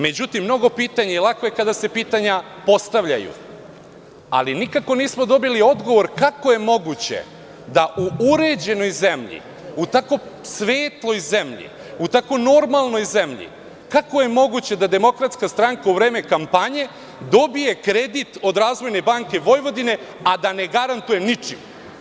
Međutim, mnogo je pitanja i lako je kada se pitanja postavljaju, ali nikako nismo dobili odgovor na pitanje - kako je moguće da u uređenoj zemlji, u tako svetloj zemlji, u tako normalnoj zemlji, kako je moguće da DS u vreme kampanje dobije kredit od „Razvojne banke Vojvodine“, a da ne garantuje ničim?